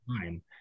time